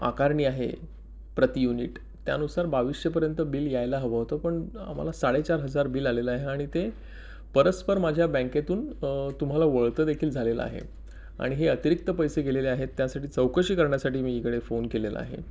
आकारणी आहे प्रति युनिट त्यानुसार बावीसशेपर्यंत बिल यायला हवं होतं पण आम्हाला साडेचार हजार बिल आलेलं आहे आणि ते परस्पर माझ्या बँकेतून तुम्हाला वळतं देखील झालेलं आहे आणि हे अतिरिक्त पैसे गेलेले आहेत त्यासाठी चौकशी करण्यासाठी मी इकडे फोन केलेला आहे